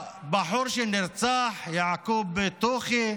הבחור שנרצח, יעקוב טוחי,